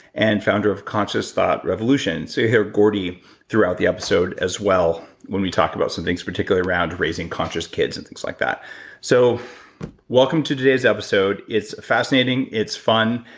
and founder of conscious thought revolution, so you'll hear gordy throughout the episode as well, when we talk about some things, particularly around raising conscious kids and things like that so welcome to today's episode it's fascinating, it's fun,